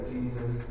Jesus